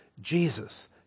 Jesus